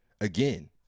again